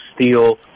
steel